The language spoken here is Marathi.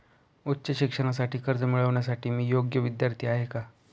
उच्च शिक्षणासाठी कर्ज मिळविण्यासाठी मी योग्य विद्यार्थी आहे का?